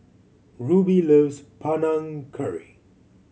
Rubie loves Panang Curry